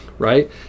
Right